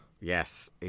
Yes